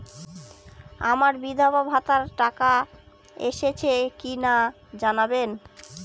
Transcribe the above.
আমার বিধবাভাতার টাকা এসেছে কিনা জানাবেন?